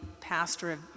pastor